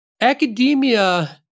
academia